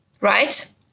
right